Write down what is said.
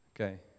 okay